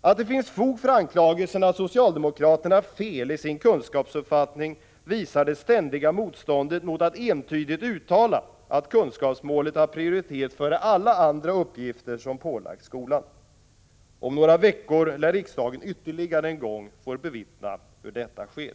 Att det finns fog för anklagelsen att socialdemokraterna har fel i sin kunskapsuppfattning visar det ständiga motståndet mot att entydigt uttala att kunskapsmålet har prioritet före alla andra uppgifter som pålagts skolan. Om några veckor lär riksdagen ytterligare en gång få bevittna hur detta sker.